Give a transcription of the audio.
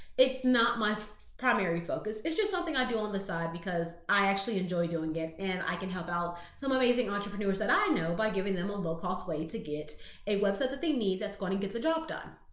it's not my primary focus. it's just something i do on the side because i actually enjoy doing it and i can help out some amazing entrepreneurs that i know by giving them a low cost way to get a website that they need, that's going to get the job done.